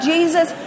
Jesus